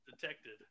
detected